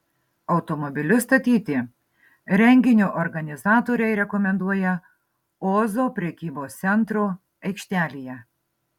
automobilius statyti renginio organizatoriai rekomenduoja ozo prekybos centro aikštelėje